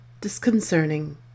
disconcerting